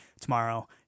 tomorrow